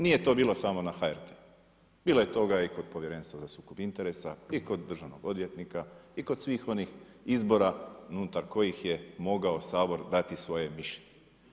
Nije to bilo samo na HRT-u, bilo je toga i kod Povjerenstva za sukob interesa i kod državnog odvjetnika i kod svih onih izbora unutar kojih je mogao Sabor dati svoje mišljenje.